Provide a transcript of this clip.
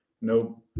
No